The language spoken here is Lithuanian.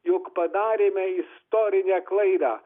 juk padarėme istorinę klaidą